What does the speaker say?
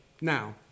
Now